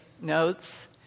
Notes